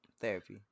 Therapy